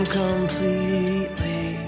completely